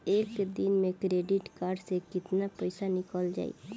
एक दिन मे क्रेडिट कार्ड से कितना पैसा निकल जाई?